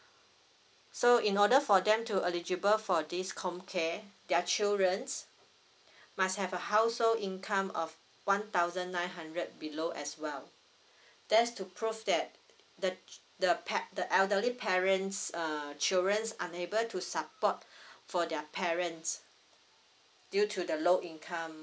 so in order for them to eligible for this comcare their children's must have a household income of one thousand nine hundred below as well there's to prove that the the pa~ the elderly parents err children's unable to support for their parents due to the low income